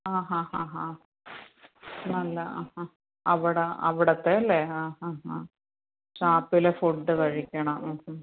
ആ ഹാ ഹാ ഹ നല്ല ആ ഹാ അവിടെ അവിടത്തെ അല്ലെ ആ ഹാ ഹ ഷാപ്പിലെ ഫുഡ് കഴിക്കണം